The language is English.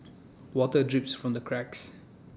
water drips from the cracks